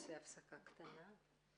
נעשה הפסקה קטנה.